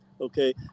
okay